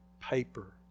paper